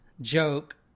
joke